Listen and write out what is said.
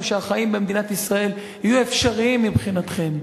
שהחיים במדינת ישראל יהיו אפשריים מבחינתכם.